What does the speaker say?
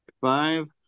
five